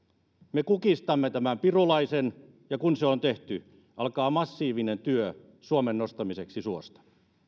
me kukistamme tämän pirulaisen ja kun se on tehty alkaa massiivinen työ suomen nostamiseksi suosta